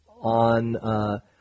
on